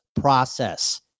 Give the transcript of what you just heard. process